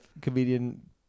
comedian